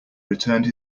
returned